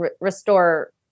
restore